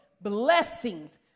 blessings